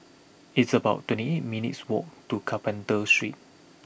it's about twenty eight minutes' walk to Carpenter Street